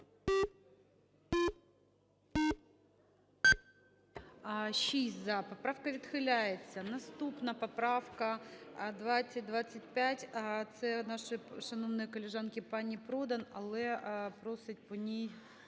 За-6 Поправка відхиляється. Наступна поправка 2025, це нашої шановної колежанки пані Продан. Але просить по ній